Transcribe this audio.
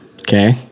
Okay